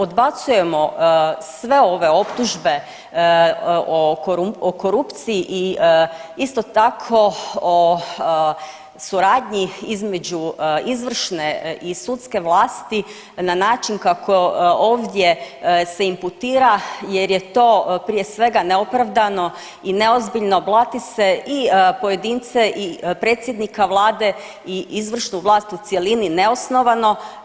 Odbacujemo sve ove optužbe o korupciji i isto tako o suradnji između izvršne i sudske vlasti na način kako ovdje se imputira jer je to prije svega neopravdano i neozbiljno, blati se i pojedince i predsjednika vlade i izvršnu vlast u cjelini neosnovano.